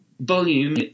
volume